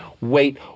Wait